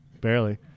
barely